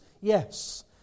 Yes